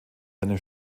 seine